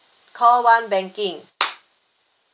call one banking